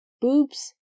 Boobs